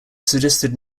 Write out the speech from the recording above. suggested